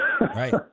right